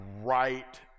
right